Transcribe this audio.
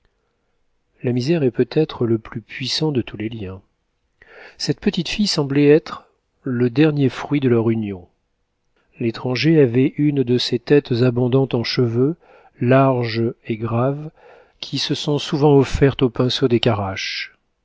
la misère est peut-être le plus puissant de tous les liens cette petite fille semblait être le dernier fruit de leur union l'étranger avait une de ces têtes abondantes en cheveux larges et graves qui se sont souvent offertes au pinceau des